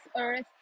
earth